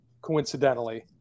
coincidentally